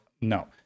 no